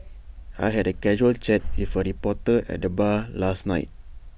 I had A casual chat with A reporter at the bar last night